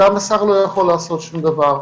גם השר לא יכול לעשות שום דבר,